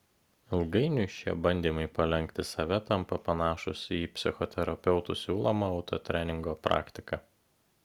ilgainiui šie bandymai palenkti save tampa panašūs į psichoterapeutų siūlomą autotreningo praktiką